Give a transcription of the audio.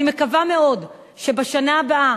אני מקווה מאוד שבשנה הבאה,